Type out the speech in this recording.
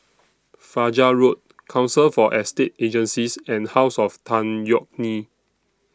Fajar Road Council For Estate Agencies and House of Tan Yeok Nee